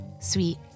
Sweet